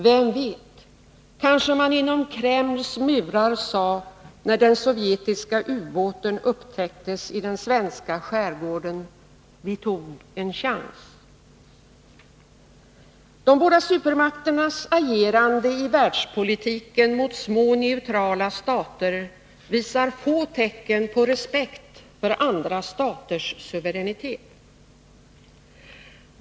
Vem vet — kanske man inom Kremls murar sade, när den sovjetiska ubåten upptäcktes i den svenska skärgården: Vi tog en chans. De båda supermakternas agerande i världspolitiken mot små neutrala stater visar få tecken på respekt för andra staters suveränitet.